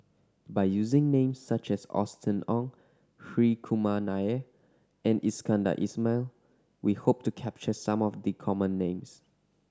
by using names such as Austen Ong Hri Kumar Nair and Iskandar Ismail we hope to capture some of the common names